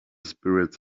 spirits